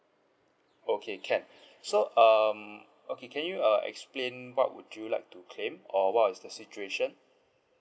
okay can so um okay can you uh explain what would you like to claim or what was the situation